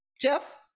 Jeff